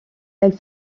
elle